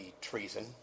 treason